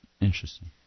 Interesting